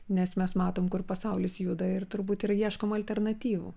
nes mes matom kur pasaulis juda ir turbūt ir ieškom alternatyvų